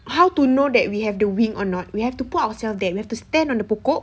how to know that we have the wing or not we have to put ourselves there we have to stand on the pokok